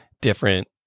different